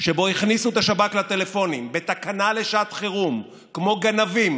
שבו הכניסו את השב"כ לטלפונים בתקנה לשעת חירום כמו גנבים,